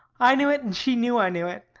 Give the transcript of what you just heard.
i knew it and she knew i knew it.